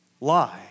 Lie